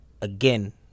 again